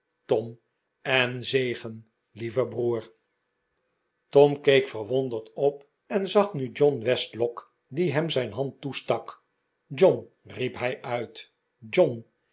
tom en zegen lieve broer tom keek verwonderd op en zag nu john westlock die hem zijn hand toestak john riep hij uit john